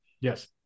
Yes